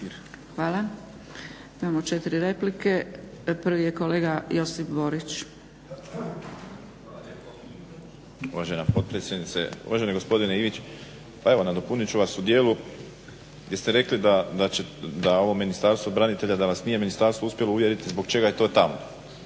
Hvala. Imamo 4 replike. Prvi je kolega Josip Borić. **Borić, Josip (HDZ)** Uvažena potpredsjednice, uvaženi gospodine Ivić. Pa evo nadopunit ću vas u dijelu gdje ste rekli da ovo Ministarstvo branitelja danas nije ministarstvo uspjelo uvjeriti zbog čega je to tamo.